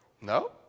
No